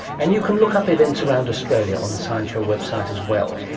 and you can look up events around australia on the science show website as well.